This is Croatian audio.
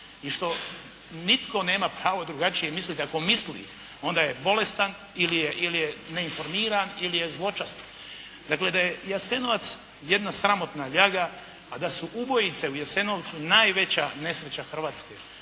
i što nitko nema pravo drugačije misliti ako misli, onda je bolestan ili je neinformiran ili je zločest. Dakle, da je Jasenovac jedna sramotna ljaga, a da su ubojice u Jasenovcu najveća nesreća Hrvatske.